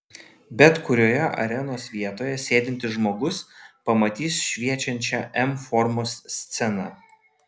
bet kurioje arenos vietoje sėdintis žmogus pamatys šviečiančią m formos sceną